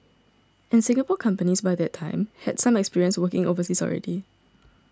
and Singapore companies by that time had some experience working overseas already